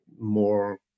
more